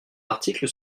article